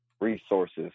resources